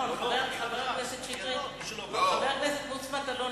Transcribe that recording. חבר הכנסת מוץ מטלון,